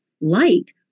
light